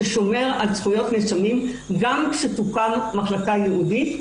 ששומר על זכויות נאשמים גם כשתוקם מחלקה ייעודית,